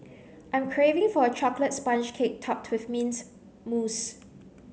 I'm craving for a chocolate sponge cake topped with mint mousse